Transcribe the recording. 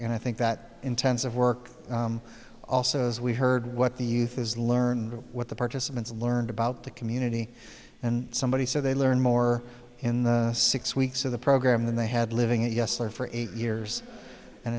and i think that intensive work also as we heard what the youth is learn what the participants learned about the community and somebody so they learned more in the six weeks of the program than they had living and yes there for eight years and